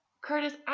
Curtis